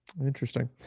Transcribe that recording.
interesting